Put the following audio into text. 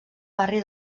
barri